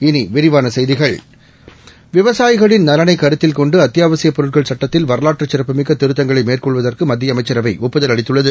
இனி விரிவான செய்திகள் விவசாயிகளின் நலனை கருத்தில் கொண்டு அத்தியாவசிய பொருட்கள் சட்டத்தில் வரலாற்று சிறப்புமிக்க திருத்தங்களை மேற்கொள்வதற்கு மத்திய அமைச்சரவை ஒப்புதல் அளித்துள்ளது